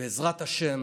ובעזרת השם